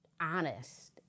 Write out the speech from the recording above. honest